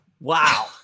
Wow